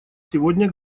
сегодня